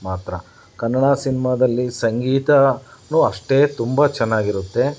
ಮಾತ್ರ ಕನ್ನಡ ಸಿನಿಮಾದಲ್ಲಿ ಸಂಗೀತವೂ ಅಷ್ಟೇ ತುಂಬ ಚೆನ್ನಾಗಿರುತ್ತೆ